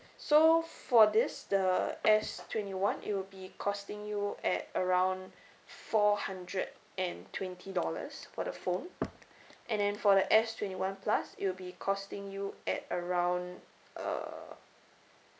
so for this the S twenty one it will be costing you at around four hundred and twenty dollars for the phone and then for the S twenty one plus it will be costing you at around uh